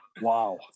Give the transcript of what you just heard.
Wow